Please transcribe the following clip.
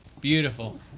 Beautiful